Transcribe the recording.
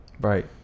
right